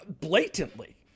Blatantly